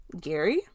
Gary